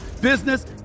business